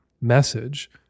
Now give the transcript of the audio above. message